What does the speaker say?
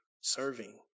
serving